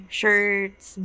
shirts